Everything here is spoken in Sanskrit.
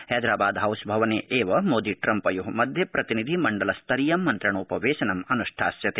हैदरा ाद हाउस अवने एव मोदि ट्रम्पयो मध्ये प्रतिनिधि मण्डल स्तरीयं मन्त्रणोपवेशनम् अनुष्ठास्यते